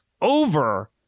over